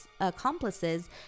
accomplices